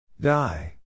Die